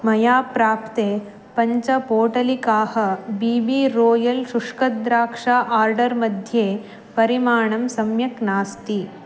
मया प्राप्ते पञ्चपोटलिकाः बी बी रोयल् शुष्कद्राक्षा आर्डर् मध्ये परिमाणं सम्यक् नास्ति